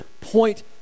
point